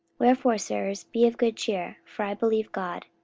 wherefore, sirs, be of good cheer for i believe god,